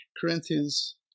Corinthians